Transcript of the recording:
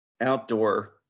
outdoor